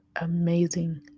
amazing